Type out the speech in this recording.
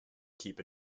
keep